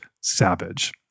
Savage